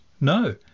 No